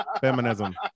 Feminism